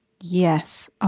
Yes